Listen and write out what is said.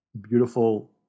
beautiful